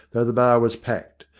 though the bar was packed.